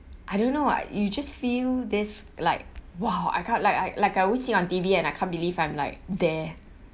I don't know you just feel this like !wow! I can't like I like I always see on T_V and I can't believe I'm like there